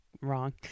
wrong